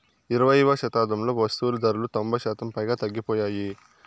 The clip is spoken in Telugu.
ఇరవైయవ శతాబ్దంలో వస్తువులు ధరలు తొంభై శాతం పైగా తగ్గిపోయాయి